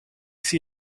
zie